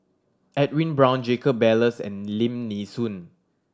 Edwin Brown Jacob Ballas and Lim Nee Soon